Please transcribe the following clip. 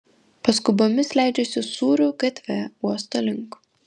paskubomis leidžiuosi sūrių gatve uosto link